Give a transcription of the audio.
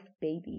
baby